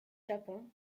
japon